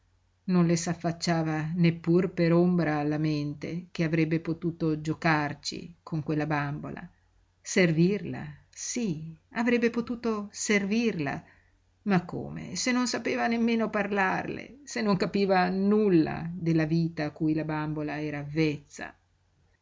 non le s'affacciava neppur per ombra alla mente che avrebbe potuto giocarci con quella bambola servirla sí avrebbe potuto servirla ma come se non sapeva nemmeno parlarle se non capiva nulla della vita a cui la bambola era avvezza